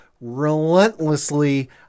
relentlessly